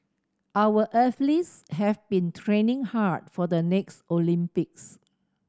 our athletes have been training hard for the next Olympics